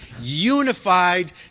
unified